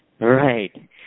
Right